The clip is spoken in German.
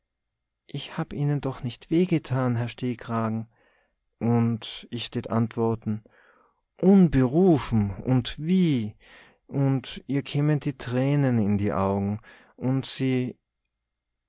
ich hab ihnen doch nicht weh getan herr stehkragen und ich tät antworten unberufen und wie und ihr kämen die tränen in die augen und se